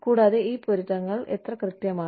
കൂടാതെ ഈ പൊരുത്തങ്ങൾ എത്ര കൃത്യമാണ്